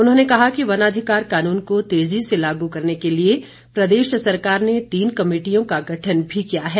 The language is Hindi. उन्होंने कहा कि वनाधिकार कानून को तेजी से लागू करने के लिए प्रदेश सरकार ने तीन कमेटियों का गठन भी किया है